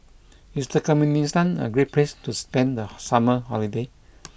is Turkmenistan a great place to spend the summer holiday